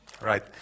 Right